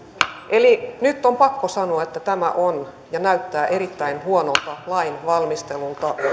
eli nyt on pakko sanoa että tämä on ja näyttää erittäin huonolta lainvalmistelulta